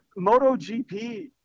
MotoGP